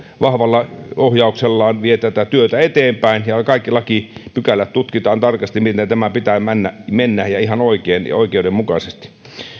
vahvalla ohjauksellaan vie tätä työtä eteenpäin ja ja kaikki lakipykälät tutkitaan tarkasti miten tämän pitää mennä mennä ihan oikein ja oikeudenmukaisesti